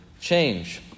change